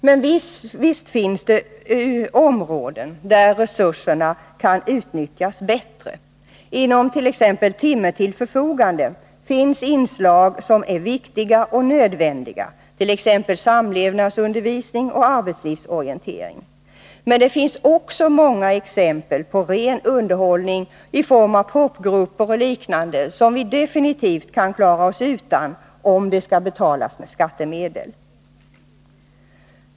Men visst finns det områden där resurserna kan utnyttjas bättre. Inom ”timme till förfogande” finns inslag som är riktiga och nödvändiga — t.ex. samlevnadsundervisning och arbetslivsorientering. Men det finns också många exempel på ren underhållning — pop-grupper och liknande — som vi definitivt kan klara oss utan om den skall betalas med skattemedel.